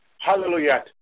Hallelujah